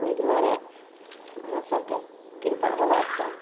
ओहि दुआरे अहाँसभके कृपा रहबाक चाही